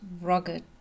rugged